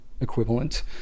equivalent